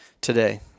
today